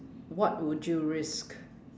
what would you risk